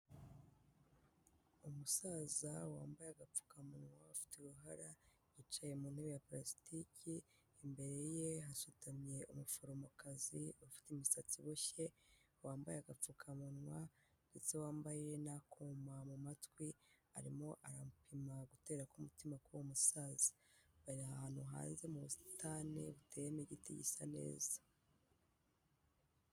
Umusaza wambaye agapfukamunwa, ufite uruhara, yicaye mu ntebe ya pulasitiki, imbere ye hasutamye umuforomokazi, ufite imisatsi iboshye, wambaye agapfukamunwa, ndetse wambaye n'akuma mu matwi, arimo aramupima gutera k'umutima k'uwo musaza, bari ahantu hanze mu busitani buteyemo igiti gisa neza.